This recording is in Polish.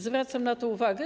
Zwracam na to uwagę.